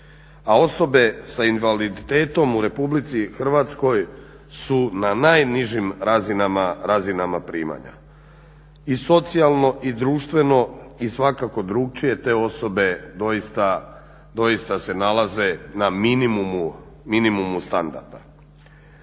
a osobe s invaliditetom u RH su na najnižim razinama primanja, i socijalno i društveno i svakako drukčije te osobe doista se nalaze na minimumu standarda.